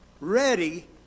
ready